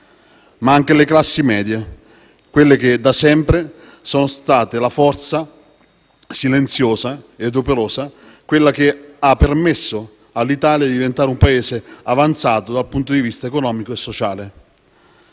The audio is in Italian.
ma anche le classi medie, quelle che da sempre sono state la forza silenziosa e operosa che ha permesso all'Italia di diventare un Paese avanzato dal punto di vista economico e sociale.